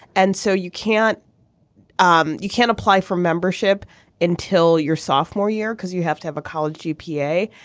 and so you can't um you can't apply for membership until your sophomore year because you have to have a college gpa.